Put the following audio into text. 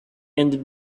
and